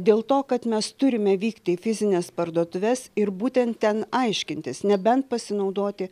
dėl to kad mes turime vykti į fizines parduotuves ir būtent ten aiškintis nebent pasinaudoti